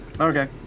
Okay